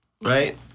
right